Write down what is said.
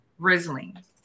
Rizzling